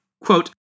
Quote